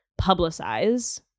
publicize